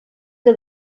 que